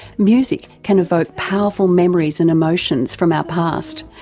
music can evoke powerful memories and emotions from our past,